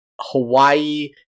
hawaii